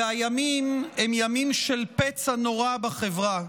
והימים הם ימים של פצע נורא בחברה,